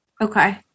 Okay